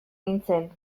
nintzen